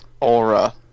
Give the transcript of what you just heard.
Aura